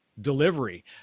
delivery